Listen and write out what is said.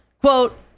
quote